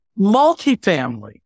multifamily